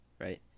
Right